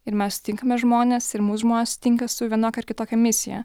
ir mes sutinkame žmones ir mus žmonės sutinka su vienokia ar kitokia misija